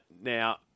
Now